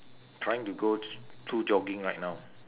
trying to go to jogging right now